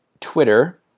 Twitter